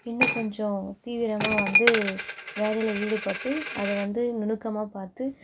இன்னும் கொஞ்சம் தீவிரமாக வந்து வேலையில் ஈடுபட்டு அதை வந்து நுணுக்கமாக பார்த்து